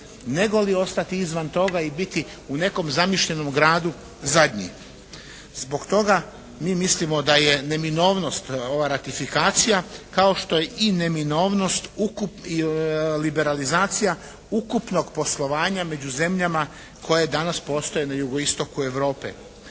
nego li ostati izvan toga i biti u nekom zamišljenom gradu zadnji. Zbog toga mi mislimo da je neminovnost ova ratifikacija, kao što je i neminovnost, liberalizacija ukupnog poslovanja među zemljama koje danas postoje na jugoistoku Europe.